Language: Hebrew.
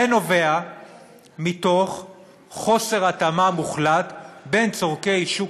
זה נובע מחוסר התאמה מוחלט בין צורכי שוק